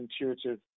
intuitive